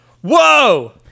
Whoa